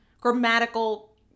grammatical